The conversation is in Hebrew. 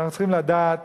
אנחנו צריכים לדעת